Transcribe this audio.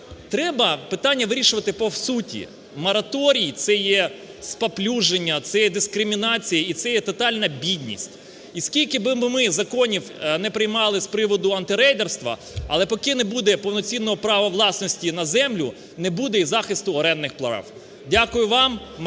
треба питання вирішувати по суті. Мораторій – це є спаплюження, це є дискримінація і це є тотальна бідність. І скільки би ми законів не приймали з приводу антирейдерства, але поки не буде повноцінного права власності на землю, не буде і захисту орендних прав. Дякую вам.